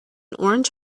orange